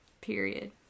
Period